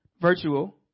virtual